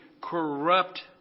corrupt